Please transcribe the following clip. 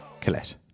Colette